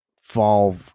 fall